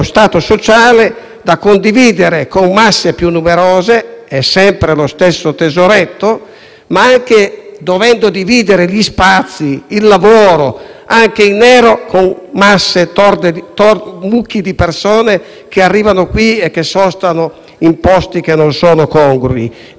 devono dividere gli spazi, il lavoro, anche in nero, con mucchi di persone che arrivano qui, sostano in posti non congrui e si comportano in modo non corretto. Non sono tutti, ma la percentuale è molto alta. Non abitano in centro